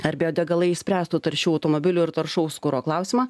ar biodegalai išspręstų taršių automobilių ir taršaus kuro klausimą